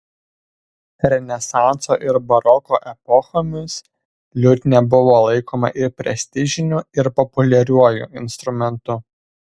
renesanso ir baroko epochomis liutnia buvo laikoma ir prestižiniu ir populiariuoju instrumentu